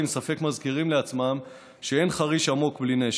ספק מזכירים לעצמם שאין חריש עמוק בלי נשק.